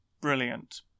brilliant